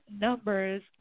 numbers